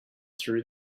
through